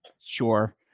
Sure